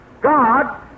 God